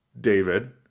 David